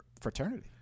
fraternity